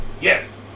yes